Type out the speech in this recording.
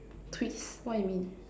twist what you mean